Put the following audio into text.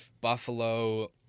Buffalo